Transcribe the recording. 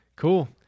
cool